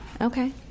Okay